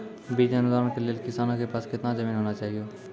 बीज अनुदान के लेल किसानों के पास केतना जमीन होना चहियों?